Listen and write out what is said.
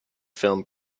film